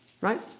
right